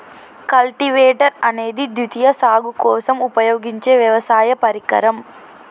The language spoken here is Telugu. కల్టివేటర్ అనేది ద్వితీయ సాగు కోసం ఉపయోగించే వ్యవసాయ పరికరం